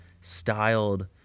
styled